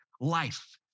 life